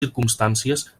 circumstàncies